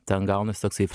ten gaunasi toksai